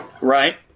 right